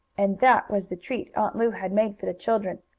and that was the treat aunt lu had made for the children.